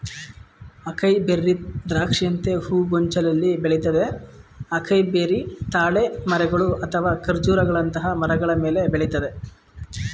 acai berry ದ್ರಾಕ್ಷಿಯಂತೆ ಹೂಗೊಂಚಲಲ್ಲಿ ಬೆಳಿತದೆ ಅಕೈಬೆರಿ ತಾಳೆ ಮರಗಳು ಅಥವಾ ಖರ್ಜೂರಗಳಂತಹ ಮರಗಳ ಮೇಲೆ ಬೆಳಿತದೆ